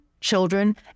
children